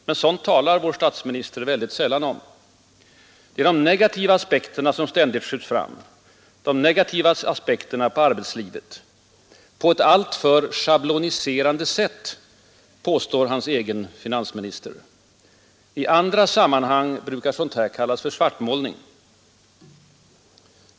Men sådant talar vår statsminister väldigt sällan om. Det är de negativa aspekterna på arbetslivet som ständigt skjuts fram — på ett alltför ”schabloniserande” sätt, påstår hans egen finansminister. I andra sammanhang brukar sådant kallas för svartmålning.